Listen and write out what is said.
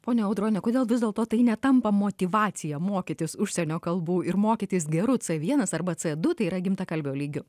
ponia audrone kodėl vis dėlto tai netampa motyvacija mokytis užsienio kalbų ir mokytis geru c vienas arba c du tai yra gimtakalbio lygiu